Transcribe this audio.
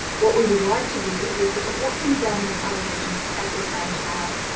what we would like to do is look at what can be done in the other regions at the same time.